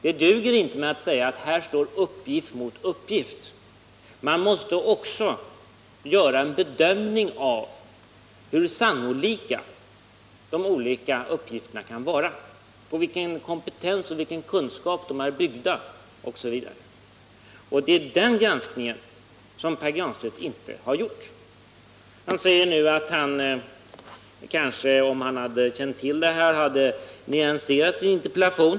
Det duger inte med att säga att uppgift här står mot uppgift. Man måste göra en bedömning av hur sannolika de olika uppgifterna kan vara, på vilken kompetens och kunskap de är byggda osv. Och det är den granskningen som Pär Granstedt inte har gjort. Han säger nu att han kanske, om han känt till de här dementierna, nyanserat sin interpellation.